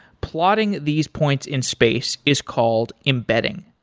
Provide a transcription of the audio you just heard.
plotting these points in space is called embedding.